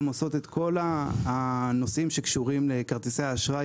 הן עושות את כל הנושאים שקשורים לכרטיסי האשראי,